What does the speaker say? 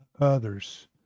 others